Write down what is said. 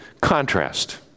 contrast